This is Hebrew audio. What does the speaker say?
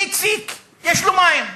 איציק, יש לו מים,